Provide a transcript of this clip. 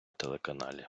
телеканалі